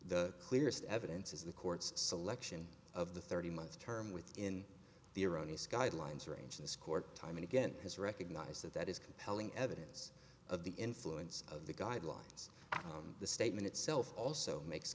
the clearest evidence is the court's selection of the thirty month term within the iranian guidelines range in this court time and again has recognized that that is compelling evidence of the influence of the guidelines the statement itself also makes